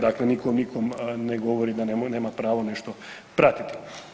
Dakle, nitko nikom ne govori da nema pravo nešto pratiti.